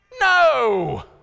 no